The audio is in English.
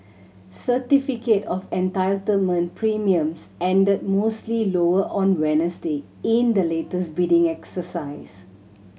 certificate of Entitlement premiums ended mostly lower on Wednesday in the latest bidding exercise